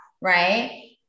right